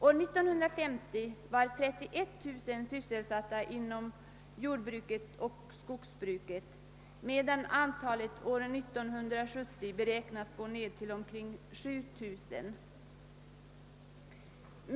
År 1950 var 31 000 arbetstagare sysselsatta inom jordbruket och skogsbruket, medan detta antal år 1970 beräknas vara nere i omkring 7 000.